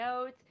notes